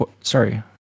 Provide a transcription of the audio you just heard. sorry